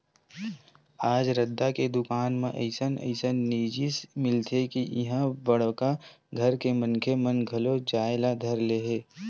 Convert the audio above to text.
आज रद्दा के दुकान म अइसन अइसन जिनिस मिलथे के इहां बड़का घर के मनखे मन घलो जाए ल धर ले हे